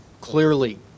clearly